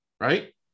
Right